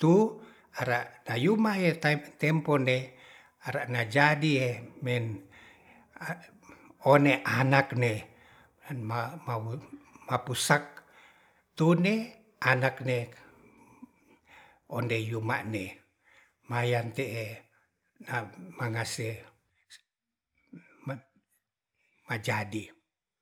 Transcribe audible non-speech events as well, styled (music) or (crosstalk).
tu ara tayuma ye tempone ara na jadie men one anak ne ma-mapusak tune anak ne ondei yumak'nri mayan te' (hesitation) mangase majadi